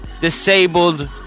disabled